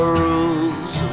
rules